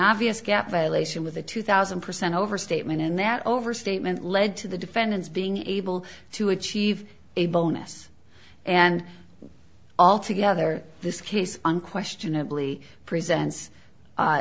obvious gap violation with a two thousand percent over statement in that over statement led to the defendant's being able to achieve a bonus and altogether this case unquestionably present